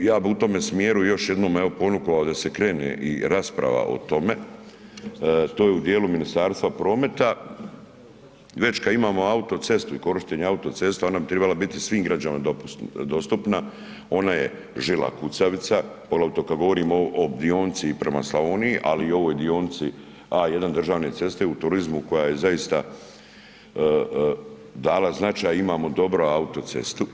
Ja bi u tome smjeru još jednom evo ponukovao da se krene i rasprava o tome, to je u dijelu Ministarstva prometa, već kad imamo autocestu i korištenje autocesta ona bi tribala bit svim građanima dostupna, ona je žila kucavica, poglavito kad govorimo o, o dionici i prema Slavoniji, ali i ovoj dionici A1 državne ceste u turizmu koja je zaista dala značaj, imamo dobru autocestu,